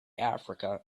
africa